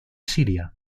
siria